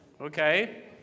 Okay